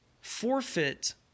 forfeit